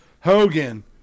Hogan